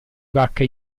vacca